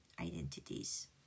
identities